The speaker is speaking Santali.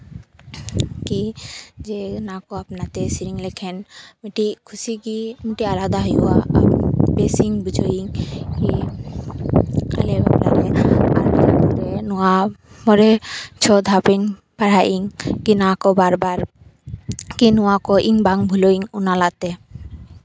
ᱠᱤ ᱡᱮ ᱚᱱᱟ ᱠᱚ ᱟᱯᱱᱟᱛᱮ ᱥᱮᱨᱮᱧ ᱞᱮᱠᱷᱟᱱ ᱢᱤᱫᱴᱤᱡ ᱠᱷᱩᱥᱤᱜᱮ ᱢᱤᱫᱴᱤᱡ ᱟᱞᱟᱫᱟ ᱦᱩᱭᱩᱜᱼᱟ ᱵᱮᱥᱤᱧ ᱵᱩᱡᱷᱟᱹᱣᱟ ᱤᱧ ᱟᱞᱮ ᱵᱟᱯᱞᱟᱨᱮ ᱟᱞᱮ ᱟᱛᱳ ᱨᱮ ᱱᱚᱣᱟ ᱢᱚᱬᱮ ᱪᱷᱚ ᱫᱷᱟᱣ ᱤᱧ ᱯᱟᱲᱦᱟᱜ ᱤᱧ ᱚᱱᱟ ᱠᱚ ᱵᱟᱨ ᱵᱟᱨ ᱠᱤ ᱱᱚᱣᱟ ᱠᱚ ᱤᱧ ᱵᱟᱝ ᱵᱷᱩᱞᱟᱹᱣ ᱤᱧ ᱚᱱᱟ ᱛᱟᱞᱟᱛᱮ